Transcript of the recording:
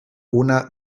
una